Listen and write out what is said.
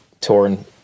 torn